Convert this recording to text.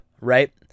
right